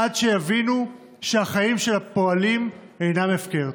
עד שיבינו שהחיים של הפועלים אינם הפקר.